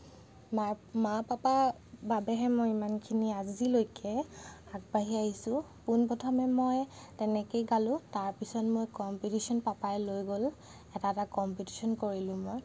মাৰ মা পাপাৰ বাবেহে মই ইমানখিনি আজিলৈকে আগবাঢ়ি আহিছোঁ পোনপ্ৰথমে মই তেনেকৈয়ে গালোঁ তাৰপিছত মই কম্পিটিচন পাপাই লৈ গ'ল এটা এটা কম্পিটিচন কৰিলোঁ মই